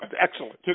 Excellent